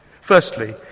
Firstly